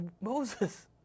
Moses